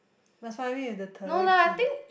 must find me with the turkey